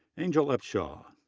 angel upshaw,